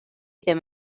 ddim